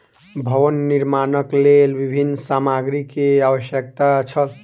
भवन निर्माणक लेल विभिन्न सामग्री के आवश्यकता छल